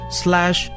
slash